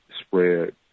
spread